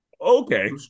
okay